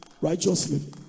Righteousness